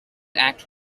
act